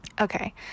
okay